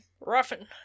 ruffin